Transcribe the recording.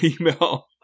email